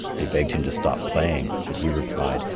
they begged him to stop playing, but he replied,